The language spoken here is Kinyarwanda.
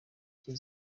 cye